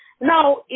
Now